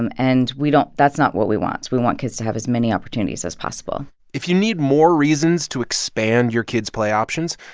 and and we don't that's not what we want. so we want kids to have as many opportunities as possible if you need more reasons to expand your kids' play options,